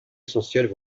essentielles